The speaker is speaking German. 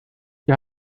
wie